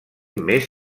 més